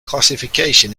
classification